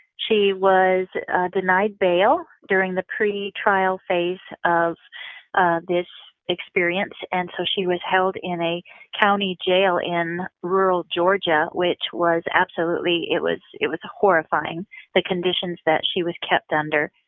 she was denied bail during the pre-trial phase of ah this experience, and so she was held in a county jail in rural georgia, which was absolutely, it was it was horrifying the conditions that she was kept under.